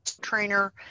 trainer